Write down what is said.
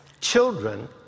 Children